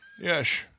Yes